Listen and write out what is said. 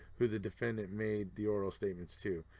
who the defendant made the oral statements to.